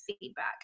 feedback